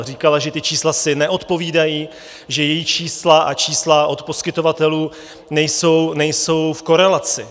Říkala, že ta čísla si neodpovídají, že její čísla a čísla od poskytovatelů nejsou v korelaci.